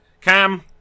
Cam